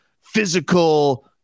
physical